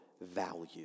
value